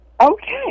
Okay